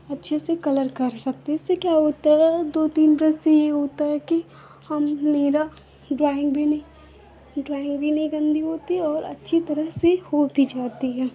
अच्छे से कलर कर सकते हैं इससे क्या होता है दो तीन ब्रश से यह होता है कि हम मेरा ड्रॉइन्ग भी नहीं ड्रॉइन्ग भी नहीं गन्दी होती है और अच्छी तरह से हो भी जाती है